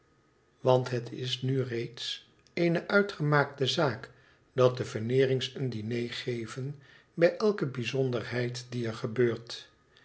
want het is du reeds eene uitgemaakte zaak dat de veneenngs een diner geven bij elke bijzonderheid die er gebeurt